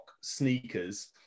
sneakers